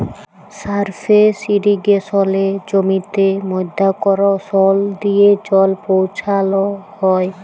surface ইরিগেসলে জমিতে মধ্যাকরসল দিয়ে জল পৌঁছাল হ্যয়